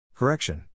Correction